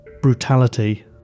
brutality